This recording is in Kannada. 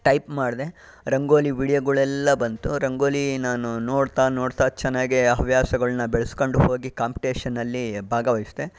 ಟೈಪ್ ಮಾಡಿದೆ ರಂಗೋಲಿ ವಿಡಿಯೋಗಳೆಲ್ಲ ಬಂತು ರಂಗೋಲಿ ನಾನು ನೋಡ್ತಾ ನೋಡ್ತಾ ಚೆನ್ನಾಗಿ ಹವ್ಯಾಸಗಳನ್ನ ಬೆಳೆಸ್ಕೊಂಡು ಹೋಗಿ ಕಾಂಪಿಟೇಷನ್ ಅಲ್ಲಿ ಭಾಗವಹಿಸಿದೆ